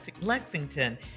Lexington